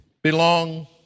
Belong